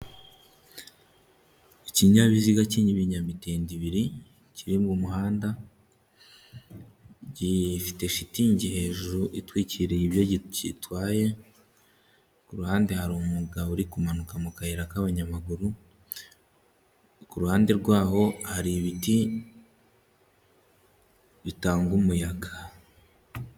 Ikinyabiziga k'ibinyamitende ibiri, kiri mu muhanda gifite shitingi hejuru itwikiriye, ibyo gitwaye, kuruhande hari umugabo uri kumanuka mu kayira k'abanyamaguru, ku ruhande rwaho hari ibiti bitanga umuyaga.